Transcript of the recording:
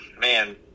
Man